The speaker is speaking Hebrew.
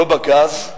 לא בגז,